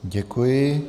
Děkuji.